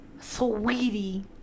sweetie